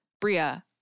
Bria